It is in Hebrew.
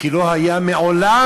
כי לא היה מעולם,